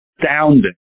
Astounding